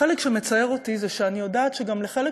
החלק שמצער אותי זה שאני יודעת שלחלק